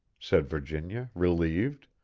said virginia, relieved.